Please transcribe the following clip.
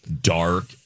Dark